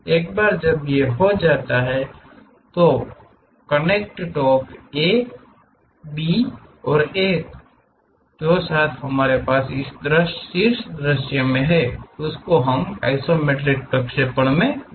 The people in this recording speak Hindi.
एक बार जब यह किया जाता है तो कनेक्ट टॉप A B और 1 के साथ हमारे पास इस शीर्ष दृश्य आइसोमेट्रिक प्रक्षेपण है